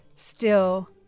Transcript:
still.